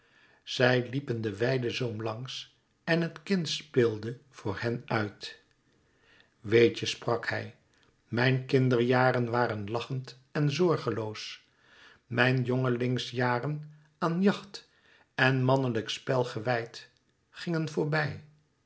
zij liepen den weidezoom langs en het kind speelde voor hen uit weet je sprak hij mijn kinderjaren waren lachend en zorgenloos mijn jongelingsjaren aan jacht en mannelijk spel gewijd gingen voorbij